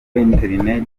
interineti